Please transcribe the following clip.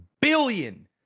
billion